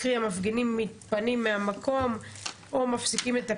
קרי המפגינים מתפנים מהמקום או מפסיקים את הפעולה,